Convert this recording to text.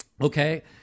okay